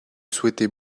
souhaiter